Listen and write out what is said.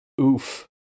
Oof